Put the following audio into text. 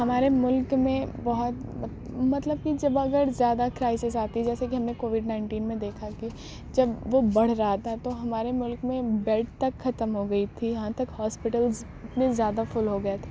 ہمارے ملک میں بہت مطلب کی جب اگر زیادہ کرائسس آتی ہے جیسے کہ ہم نے کووڈ نائنٹین میں دیکھا کہ جب وہ بڑھ رہا تھا تو ہمارے ملک میں بیڈ تک ختم ہو گئی تھی یہاں تک ہاسپٹلز اتنے زیادہ فل ہو گئے تھے